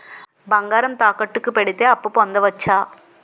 బంగారం తాకట్టు కి పెడితే అప్పు పొందవచ్చ?